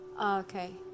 Okay